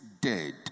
dead